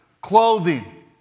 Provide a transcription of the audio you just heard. clothing